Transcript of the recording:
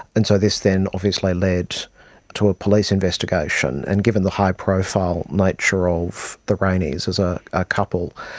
and so this then obviously led to a police investigation. and given the high-profile nature of the rayneys as ah a couple,